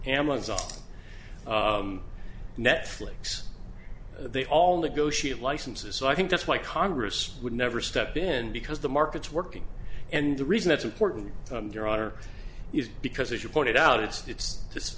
amazon netflix they all negotiate licenses so i think that's why congress would never step in because the market's working and the reason that's important your honor is because as you pointed out it's it's